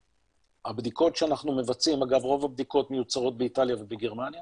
הבדיקות שאנחנו מבצעים אגב רוב הבדיקות מיוצרות בגרמניה